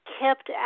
kept